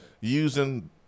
using